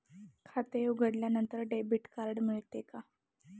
खाते उघडल्यानंतर debit card मिळते का?